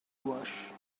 wash